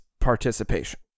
participation